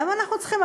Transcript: למה אנחנו צריכים?